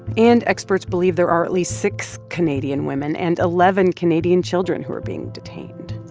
and experts believe there are at least six canadian women and eleven canadian children who are being detained.